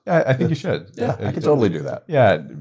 i think you should. yeah. i can totally do that. yeah.